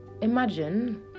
imagine